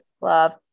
love